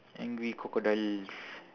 angry crocodiles